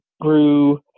grew